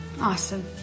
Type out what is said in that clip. Awesome